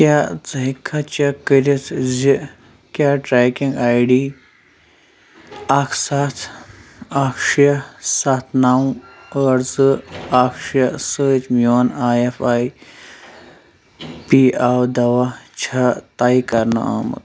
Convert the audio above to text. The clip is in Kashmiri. کیٛاہ ژٕ ہیٚکھا چیک کٔرتھ زِ کیٛاہ ٹریکنگ آی ڈی اَکھ سَتھ اَکھ شےٚ سَتھ نَو ٲٹھ زٕ اَکھ شےٚ سۭتۍ میون I F I P O دوا چھا طے کَرنہٕ آمُت